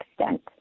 extent